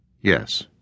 Yes